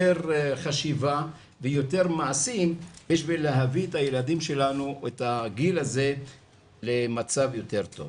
יותר חשיבה ויותר מעשים בשביל להביא את הגיל הזה למצב יותר טוב.